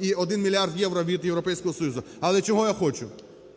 і 1 мільярд євро від Європейського Союзу. Але чого я хочу?